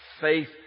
faith